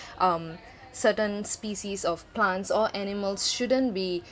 um certain species of plants or animals shouldn't be